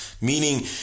Meaning